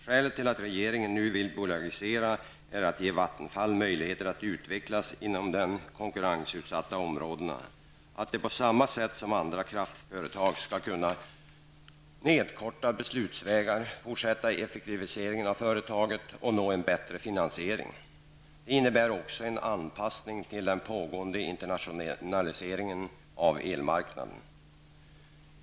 Skälet till att regeringen nu vill bolagisera är att man vill ge Vattenfall möjlighet att utvecklas inom de konkurrensutsatta områdena. Vattenfall skall på samma sätt som andra kraftföretag kunna nedkorta beslutsvägar, fortsätta effektiviseringen av företaget och få en bättre finansiering. Det innebär också en anpassning till den pågående internationaliseringen av elmarknaden.